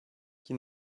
qui